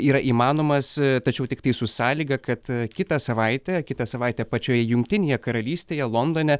yra įmanomas tačiau tiktai su sąlyga kad kitą savaitę kitą savaitę pačioje jungtinėje karalystėje londone